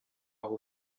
aho